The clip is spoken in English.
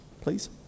please